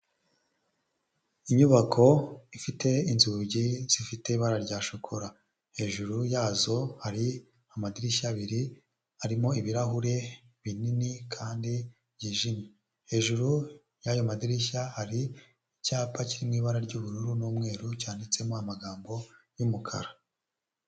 Inyubako ifite inzugi zifite ibara rya shokora hejuru yazo hari amadirishya abiri arimo ibirahure binini kandi byijimye hejuru yayo madirishya hari icyapa kiri mw, ibara ry'ubururu n'umweru cyanditsemo amagambo yumukara.